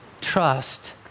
Trust